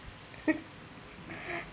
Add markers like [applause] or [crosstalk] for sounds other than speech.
[laughs]